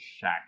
shack